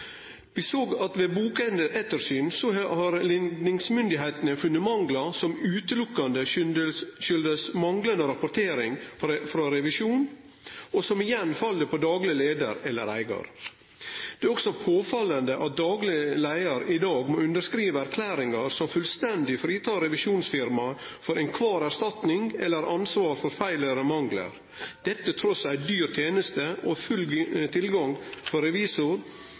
Vi såg at ved bokettersyn hadde likningsmyndigheitene funne manglar som utelukkande hadde si årsak i manglande rapportering av revisjon, som igjen fell på dagleg leiar eller eigar. Det er også påfallande at dagleg leiar i dag må underskrive erklæringar som fullstendig fritek revisjonsfirmaet for erstatning eller ansvar for feil eller manglar, dette trass i ei dyr teneste og full tilgang for revisor